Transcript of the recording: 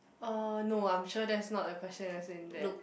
oh no I'm sure that's not the question that's in there